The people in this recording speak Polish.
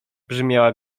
brzmiała